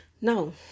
Now